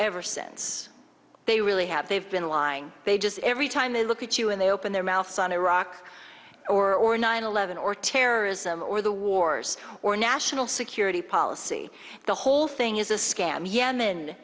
ever since they really have they've been lying they just every time they look at you and they open their mouth on iraq or nine eleven or terrorism or the wars or national security policy the whole thing is a scam yemen